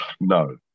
No